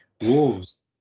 Wolves